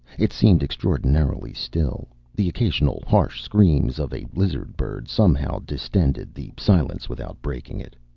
it seemed extraordinarily still. the occasional harsh screams of a lizard-bird somehow distended the silence without breaking it.